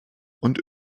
und